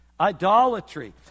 idolatry